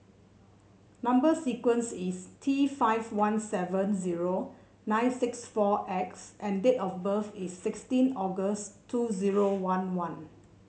number sequence is T five one seven zero nine six four X and date of birth is sixteen August two zero one one